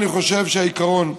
לכן, אני חושב שהעיקרון,